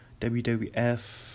WWF